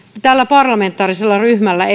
tällä parlamentaarisella ryhmällä